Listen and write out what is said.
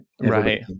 Right